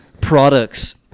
products